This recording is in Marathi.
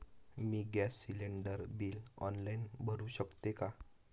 मी गॅस सिलिंडर बिल ऑनलाईन भरु शकते का?